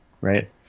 right